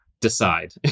decide